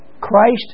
Christ